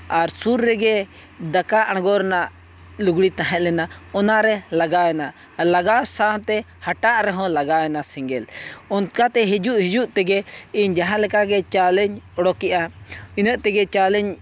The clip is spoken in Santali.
ᱟᱨ ᱥᱩᱨ ᱨᱮᱜᱮ ᱫᱟᱠᱟ ᱟᱬᱜᱚ ᱨᱮᱱᱟᱜ ᱞᱩᱜᱽᱲᱤ ᱛᱟᱦᱮᱸᱞᱮᱱᱟ ᱚᱱᱟᱨᱮ ᱞᱟᱜᱟᱣᱮᱱᱟ ᱞᱟᱜᱟᱣ ᱥᱟᱶᱛᱮ ᱦᱟᱴᱟᱜ ᱨᱮᱦᱚᱸ ᱞᱟᱜᱟᱣᱮᱱᱟ ᱥᱮᱸᱜᱮᱞ ᱚᱱᱠᱟᱛᱮ ᱦᱤᱡᱩᱜ ᱦᱤᱡᱩᱜ ᱛᱮᱜᱮ ᱤᱧ ᱡᱟᱦᱟᱸᱞᱮᱠᱟ ᱜᱮ ᱪᱟᱣᱞᱮᱧ ᱚᱰᱚᱠᱮᱫᱼᱟ ᱤᱱᱟᱹᱜ ᱛᱮᱜᱮ ᱪᱟᱣᱞᱮᱧ